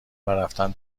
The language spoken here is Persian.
ورفتن